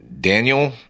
Daniel